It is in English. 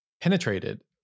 penetrated